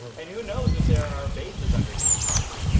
and who knows if there are bases under these parks.